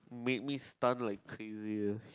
made me stun like crazy uh